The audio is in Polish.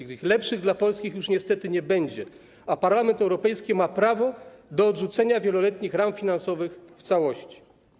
Lepszych propozycji dla Polski już niestety nie będzie, a Parlament Europejski ma prawo do odrzucenia wieloletnich ram finansowych w całości.